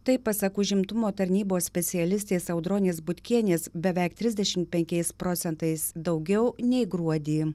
tai pasak užimtumo tarnybos specialistės audronės butkienės beveik trisdešimt penkiais procentais daugiau nei gruodį